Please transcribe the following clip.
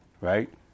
Right